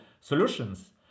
solutions